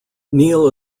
neil